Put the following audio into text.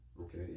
Okay